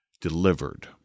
delivered